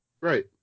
Right